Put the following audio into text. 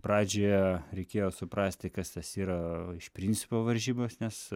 pradžioje reikėjo suprasti kas tas yra iš principo varžybos nes